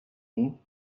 ایم